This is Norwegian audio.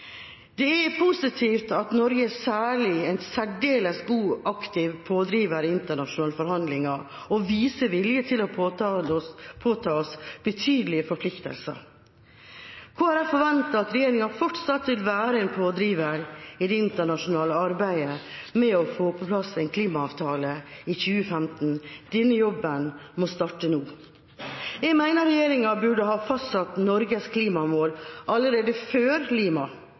Det er positivt at Norge er en særdeles god og aktiv pådriver i internasjonale forhandlinger, og at vi viser vilje til å påta oss betydelige forpliktelser. Kristelig Folkeparti forventer at regjeringa fortsatt vil være en pådriver i det internasjonale arbeidet med å få på plass en klimaavtale i 2015. Denne jobben må starte nå. Jeg mener regjeringa burde ha fastsatt Norges klimamål allerede før